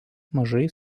mažai